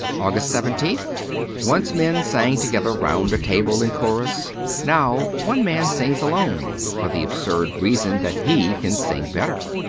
august seventeenth once men sang together round a table in chorus now one man sings alone, for the absurd reason that he can sing better.